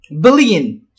billion